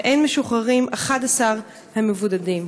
ולא משוחררים 11 המבודדים?